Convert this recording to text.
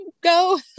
go